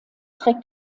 trägt